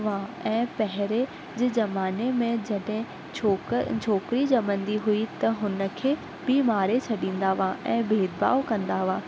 व ऐं पहिरियों जे ज़माने में जॾहिं छोकिरी छोकिरी ॼमंदी हुई त हुन खे बि मारे छॾींदा हुआ ऐं भेद भाव कंदा हुआ